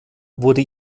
wurde